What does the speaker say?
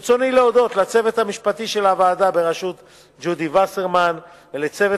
ברצוני להודות לצוות המשפטי של הוועדה בראשות ג'ודי וסרמן ולצוות